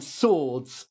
swords